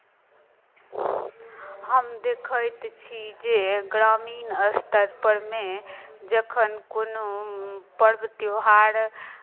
हम देखैत छी जे ग्रामीण स्तरपर मे जखन कोनो पर्व त्यौहार